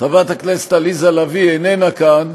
חברת הכנסת עליזה לביא איננה כאן.